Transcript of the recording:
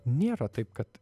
nėra taip kad